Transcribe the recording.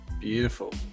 beautiful